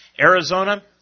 Arizona